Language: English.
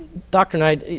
dr. knight,